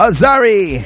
Azari